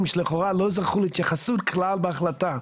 שלכאורה לא זכו להתייחסות כלל בהחלטה,